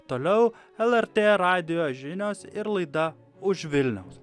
toliau lrt radijo žinios ir laida už vilniaus